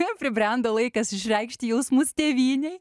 jau pribrendo laikas išreikšti jausmus tėvynei